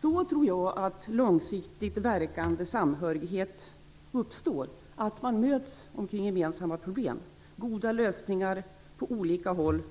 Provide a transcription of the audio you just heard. Så tror jag att långsiktigt verkande samhörighet uppstår - man möts omkring gemensamma problem. Det finns goda lösningar på olika håll.